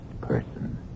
person